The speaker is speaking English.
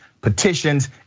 Petitions